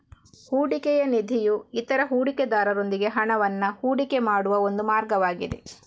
ಹೂಡಿಕೆಯ ನಿಧಿಯು ಇತರ ಹೂಡಿಕೆದಾರರೊಂದಿಗೆ ಹಣವನ್ನ ಹೂಡಿಕೆ ಮಾಡುವ ಒಂದು ಮಾರ್ಗವಾಗಿದೆ